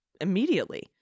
immediately